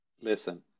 Listen